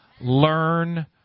Learn